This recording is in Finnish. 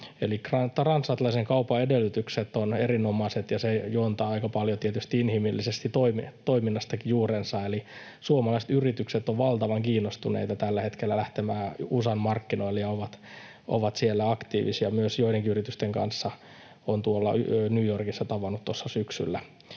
transatlanttisen kaupan edellytykset ovat erinomaiset, ja se juontaa juurensa aika paljon tietysti inhimillisestä toiminnastakin, eli suomalaiset yritykset ovat valtavan kiinnostuneita tällä hetkellä lähtemään USAn markkinoille ja ovat siellä aktiivisia. Joidenkin yritysten kanssa olen tuolla New Yorkissa myös tavannut tuossa syksyllä.